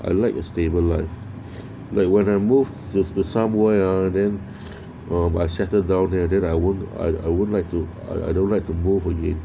I like a stable life like when I move just the somewhere ya then um I settled down here that I would I would like to either right to move again